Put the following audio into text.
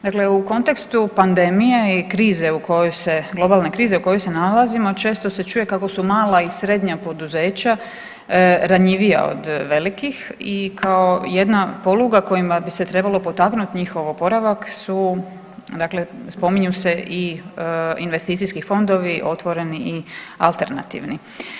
Dakle, u kontekstu pandemije i globalne krize u kojoj se nalazimo često se čuje kako su mala i srednja poduzeća ranjivija od velikih i kao jedna poluga kojima bi se trebalo potaknuti njihov oporavak su dakle spominju se i investicijski fondovi otvoreni i alternativni.